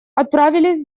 отправились